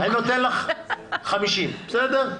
אני נותן לך 50, בסדר?